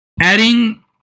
adding